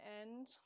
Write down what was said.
end